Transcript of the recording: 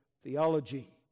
theology